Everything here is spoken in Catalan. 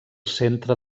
centre